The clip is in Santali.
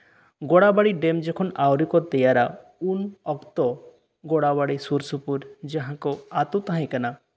ᱜᱚᱲᱟᱵᱟᱲᱤ ᱰᱮᱢ ᱡᱚᱠᱷᱚᱱ ᱟᱣᱨᱤ ᱠᱚ ᱛᱮᱭᱟᱨᱟ ᱩᱱ ᱚᱠᱛᱚ ᱜᱚᱲᱟᱵᱟᱲᱤ ᱥᱩᱨᱼᱥᱤᱯᱤᱨ ᱡᱟᱦᱟᱸ ᱠᱚ ᱟᱹᱛᱩ ᱛᱟᱦᱮᱸᱠᱟᱱᱟ